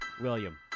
William